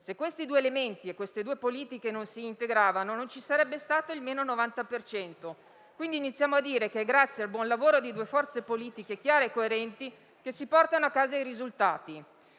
Se questi due elementi e queste due politiche non si integravano, non ci sarebbe stato questo 90 per cento in meno. Quindi, iniziamo a dire che è grazie al buon lavoro di due forze politiche, chiare e coerenti, che si portano a casa i risultati».